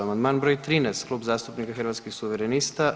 Amandman br. 13 Kluba zastupnika Hrvatskih suverenista.